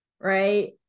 right